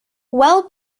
well